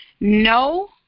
No